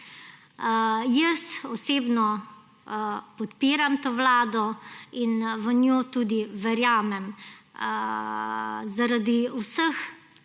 Osebno podpiram to vlado in v njo tudi verjamem zaradi vseh